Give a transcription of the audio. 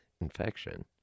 infection